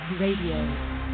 Radio